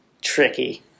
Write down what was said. tricky